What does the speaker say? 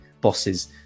bosses